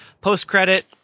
post-credit